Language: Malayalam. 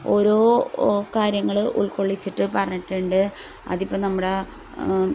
ഓരോ കാര്യങ്ങൾ ഉൾക്കൊള്ളിച്ചിട്ട് പറഞ്ഞിട്ടുണ്ട് അതിപ്പം നമ്മുടെ